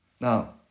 Now